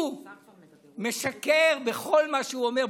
הוא משקר בכל מה שהוא אומר,